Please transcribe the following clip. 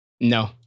No